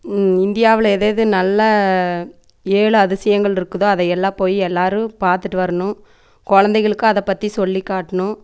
இந்தியாவில் எதெது நல்லா ஏழு அதிசயங்கள் இருக்குதோ அதை எல்லா போய் எல்லாரும் பார்த்துட்டு வரணும் குழந்தைகளுக்கு அதை பற்றி சொல்லிக்காட்டணும்